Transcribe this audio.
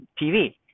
tv